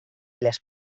les